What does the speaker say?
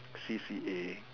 C_C_A